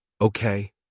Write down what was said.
Okay